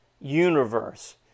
universe